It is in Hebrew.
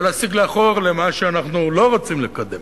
ולהסיג לאחור מה שאנחנו לא רוצים לקדם.